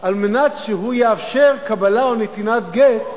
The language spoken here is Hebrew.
ועל מנת שהוא יאפשר קבלה או נתינה של גט,